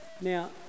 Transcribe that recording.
Now